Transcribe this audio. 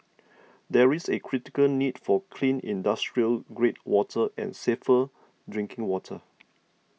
there is a critical need for clean industrial grade water and safer drinking water